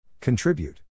Contribute